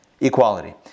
equality